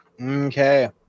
Okay